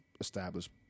established